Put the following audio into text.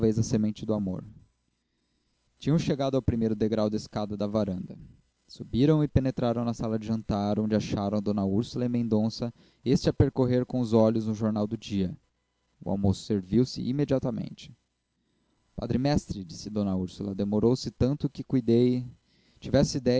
a semente do amor tinham chegado ao primeiro degrau da escada da varanda subiram e penetraram na sala de jantar onde acharam d úrsula e mendonça este a percorrer com os olhos um jornal do dia o almoço serviu-se imediatamente padre mestre disse d úrsula demorou-se tanto que cuidei tivesse